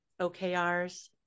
OKRs